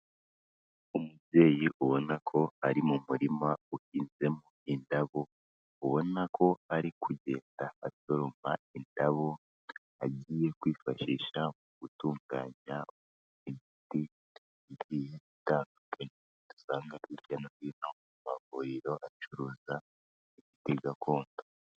Umubyeyi ubona ko ari mu murima uhinzemo indabo, ubona ko ari kugenda asoroma indabo, agiye kwifashisha mu gutunganya imiti igiye itandukanye dusanga hirya no hino mu mavuriro acuruza imiti gakondo.